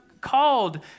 called